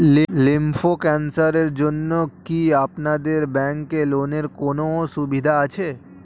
Lymph ক্যানসারের জন্য কি আপনাদের ব্যঙ্কে লোনের কোনও সুবিধা আছে?